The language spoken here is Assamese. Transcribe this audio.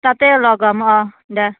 তাতে লগ হ'ম অঁ দে